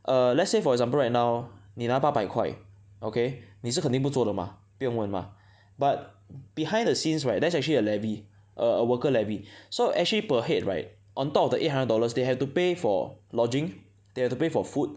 err let's say for example right now 你拿八百块 okay 你是肯定不做的 mah 不用问的 mah but behind the scenes right that's actually a levy a a worker levy so actually per head right on top of the eight hundred dollars they have to pay for lodging they have to pay for food